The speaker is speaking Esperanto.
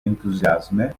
entuziasme